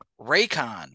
Raycon